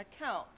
account